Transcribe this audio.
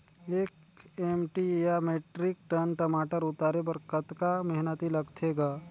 एक एम.टी या metric ton टमाटर उतारे बर कतका मेहनती लगथे ग?